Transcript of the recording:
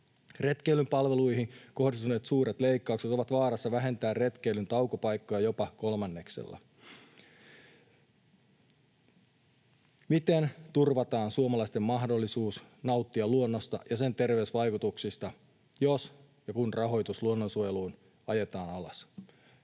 Retkeilypalveluihin kohdistuneet suuret leikkaukset ovat vaarassa vähentää retkeilyn taukopaikkoja jopa kolmanneksella. Miten turvataan suomalaisten mahdollisuus nauttia luonnosta ja sen terveysvaikutuksista, jos ja kun rahoitus luonnonsuojeluun ajetaan alas?